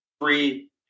three